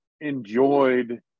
enjoyed